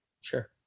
Sure